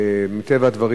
מטבע הדברים,